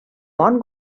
bon